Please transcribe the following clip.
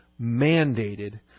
mandated